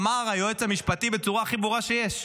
אמר היועץ המשפטי בצורה הכי ברורה שיש: